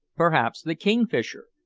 perhaps the kingfisher,